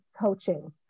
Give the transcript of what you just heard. coaching